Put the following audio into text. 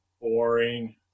Boring